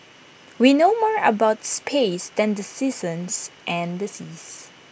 we know more about space than the seasons and the seas